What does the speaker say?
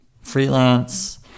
Freelance